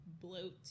bloat